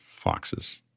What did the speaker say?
Foxes